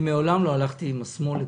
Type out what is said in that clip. מעולם לא הלכתי עם השמאל לקואליציה,